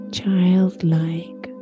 childlike